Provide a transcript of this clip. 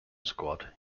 squad